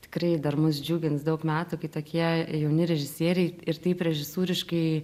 tikrai dar mus džiugins daug metų kai tokie jauni režisieriai ir taip režisūriškai